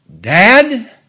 dad